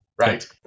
right